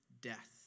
death